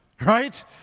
right